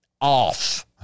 off